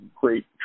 great